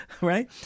right